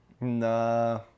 Nah